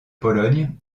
pologne